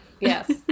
Yes